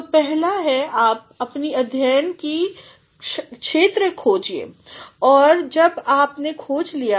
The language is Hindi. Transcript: तो पहला है आप अपनी अध्ययन की क्षत्र खोजिए जब आपने खोज ली